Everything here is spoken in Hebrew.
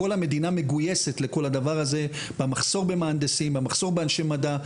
במהנדסים, המחסור באנשי מדע.